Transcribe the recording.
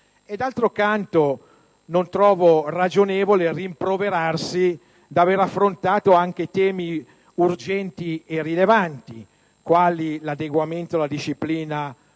D'altro canto, non trovo ragionevole rimproverarsi il fatto di aver affrontato anche temi urgenti e rilevanti, quali l'adeguamento alla disciplina comunitaria